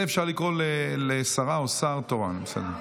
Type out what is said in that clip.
השרה, בסדר.